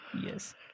Yes